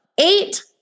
eight